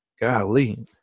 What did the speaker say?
Golly